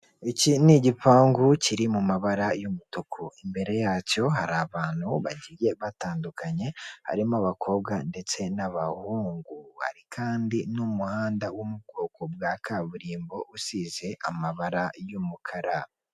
Ahabereye ibikorwa byo kwamamaza. Abantu benshi bafite darapo mu ntoki, bambaye ingofero y'umutuku, haruguru hari icyapa cyanditseho ngo umuturage ku isonga. Hari n'ayandi mazu hakurya.